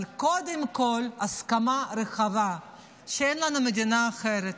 אבל קודם כול הסכמה רחבה שאין לנו מדינה אחרת,